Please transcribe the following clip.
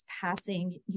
passing